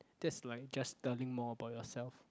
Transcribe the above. that's like just telling more about yourself